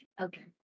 okay